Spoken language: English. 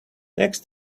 next